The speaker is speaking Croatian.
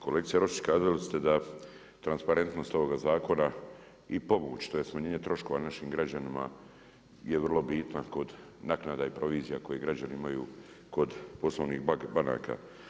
Kolegice Roščić, kazali ste da transparentnost ovog zakona i pomoć, tj. smanjenje troškova našim građanima je vrlo bitna kod naknada i provizija koje građani imaju kod poslovnih banaka.